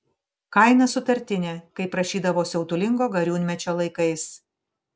kaina sutartinė kaip rašydavo siautulingo gariūnmečio laikais